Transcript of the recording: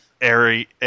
airy